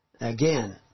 Again